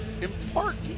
important